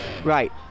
right